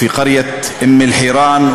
בכפר אום אלחיראן,